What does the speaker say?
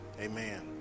Amen